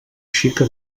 xica